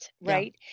right